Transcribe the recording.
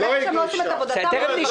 אבל כאשר הם לא עושים את עבודתם לא אגן.